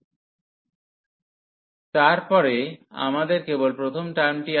ddu1u2fxαdxfu2ααdu2dα fu1ααdu1dα তারপর আমাদের কেবল প্রথম টার্মটি আছে